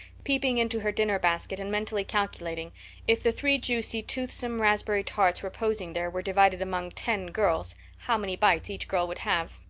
peeping into her dinner basket and mentally calculating if the three juicy, toothsome, raspberry tarts reposing there were divided among ten girls how many bites each girl would have.